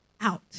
Out